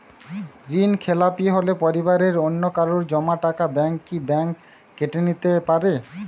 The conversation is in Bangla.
ঋণখেলাপি হলে পরিবারের অন্যকারো জমা টাকা ব্যাঙ্ক কি ব্যাঙ্ক কেটে নিতে পারে?